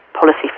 policy